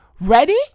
Ready